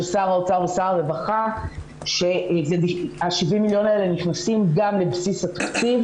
שר האוצר ושר הרווחה ש-70 המיליון נכנסים גם לבסיס התקציב.